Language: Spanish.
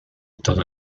todo